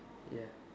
ya